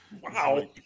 wow